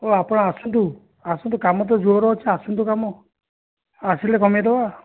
ହଉ ଆପଣ ଆସନ୍ତୁ ଆସନ୍ତୁ କାମ ତ ଜୋର ଅଛି ଆସନ୍ତୁ କାମ ଆସିଲେ କମାଇଦେବା